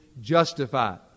justified